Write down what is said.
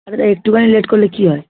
হ্যাঁ দাদা একটুখানি লেট করলে কী হয়